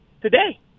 today